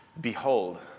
Behold